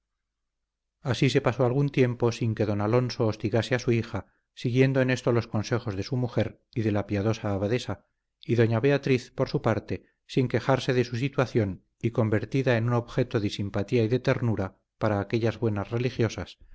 así se pasó algún tiempo sin que don álvaro hostigase a su hija siguiendo en esto los consejos de su mujer y de la piadosa abadesa y doña beatriz por su parte sin quejarse de su situación y convertida en un objeto de simpatía y de ternura para aquellas buenas religiosas